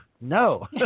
no